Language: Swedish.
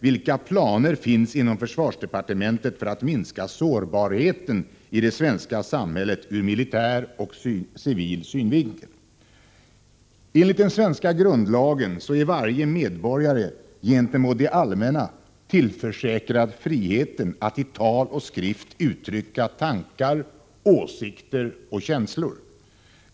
Vilka planer finns inom försvarsdepartementet för att minska sårbarheten i det svenska samhället ur militär och civil synvinkel? Enligt den svenska grundlagen är varje medborgare gentemot det allmänna tillförsäkrad friheten att i tal och skrift uttrycka tankar, åsikter och känslor.